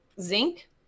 zinc